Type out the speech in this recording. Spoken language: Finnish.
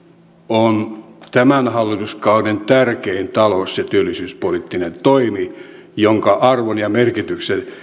on tämän hallituskauden tärkein talous ja työllisyyspoliittinen toimi jonka arvon ja merkityksen